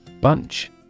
Bunch